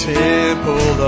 temple